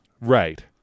Right